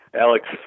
Alex